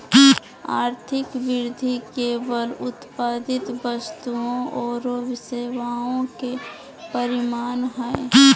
आर्थिक वृद्धि केवल उत्पादित वस्तुओं औरो सेवाओं के परिमाण हइ